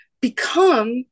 become